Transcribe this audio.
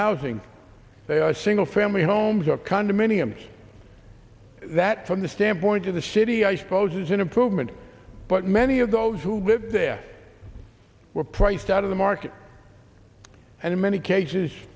housing they are single family homes of condominiums that from the standpoint of the city i suppose is an improvement but many of those who lived there were priced out of the market and in many cases